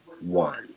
one